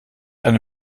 eine